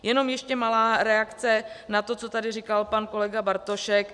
Jenom ještě malá reakce na to, co tady říkal pan kolega Bartošek.